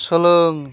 सोलों